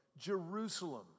Jerusalem